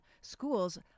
schools